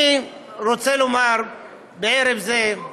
אני רוצה לומר בערב זה,